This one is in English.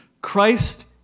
Christ